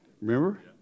Remember